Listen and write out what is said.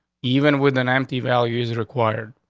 even with an empty values required.